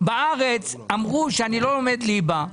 בארץ אמרו שאני לא לומד ליבה.